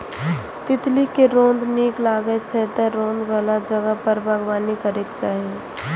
तितली कें रौद नीक लागै छै, तें रौद बला जगह पर बागबानी करैके चाही